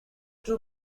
two